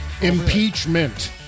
Impeachment